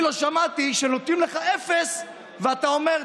אני לא שמעתי שנותנים לך אפס ואתה אומר תודה.